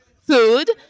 food